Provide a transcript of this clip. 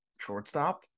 Shortstop